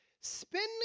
spending